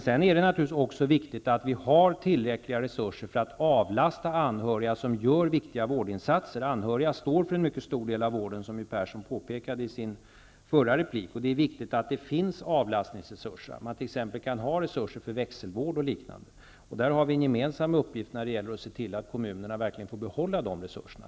Sedan är det naturligtvis också viktigt att vi har tillräckliga resurser för att avlasta anhöriga som gör viktiga vårdinsatser. Anhöriga står för en mycket stor del av vården, som My Persson påpekade i sitt anförande. Det är viktigt att det finns avlastningsresurser, att man t.ex. har resurser för växelvård och liknande. Där har vi en gemensam uppgift att se till att kommunerna verkligen får behålla dessa resurser.